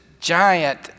giant